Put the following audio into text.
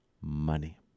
money